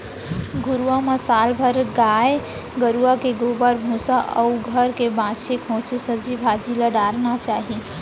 घुरूवा म साल भर गाय गरूवा के गोबर, भूसा अउ घर के बांचे खोंचे सब्जी भाजी ल डारना चाही